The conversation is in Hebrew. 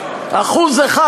שקל ליום.